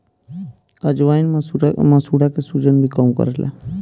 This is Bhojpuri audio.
अजवाईन मसूड़ा के सुजन भी कम करेला